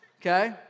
okay